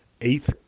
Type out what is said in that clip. eighth